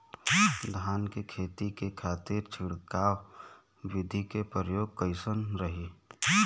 धान के खेती के खातीर छिड़काव विधी के प्रयोग कइसन रही?